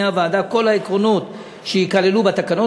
הוועדה כל העקרונות שייכללו בתקנות,